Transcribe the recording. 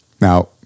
Now